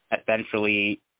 essentially